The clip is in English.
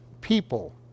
people